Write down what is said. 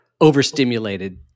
overstimulated